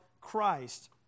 Christ